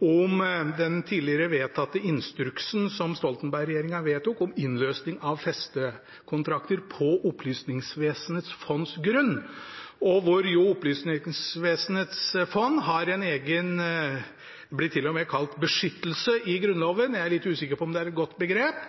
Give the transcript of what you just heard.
om den tidligere instruksen som ble vedtatt under Stoltenberg-regjeringen, om innløsning av festekontrakter på Opplysningsvesenets fonds grunn. Opplysningsvesenets fond har en egen beskyttelse, blir det til og med kalt, i Grunnloven – jeg er litt usikker på om det er et godt begrep